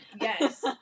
yes